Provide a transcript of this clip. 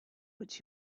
what